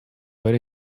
but